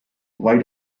why